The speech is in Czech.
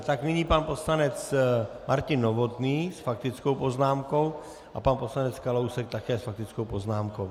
Tak nyní pan poslanec Martin Novotný s faktickou poznámkou a pan poslanec Kalousek také s faktickou poznámkou.